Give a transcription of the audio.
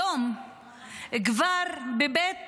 היום בבית